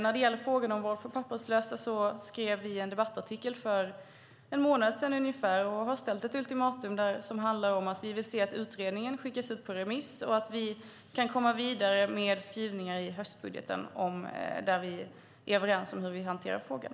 När det gäller frågan om vård för papperslösa skrev vi en debattartikel för ungefär en månad sedan. Vi har ställt ett ultimatum att vi vill att utredningen skickas ut på remiss så att vi kan komma vidare med skrivningar i höstbudgeten där vi är överens om hur vi hanterar frågan.